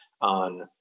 on